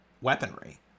weaponry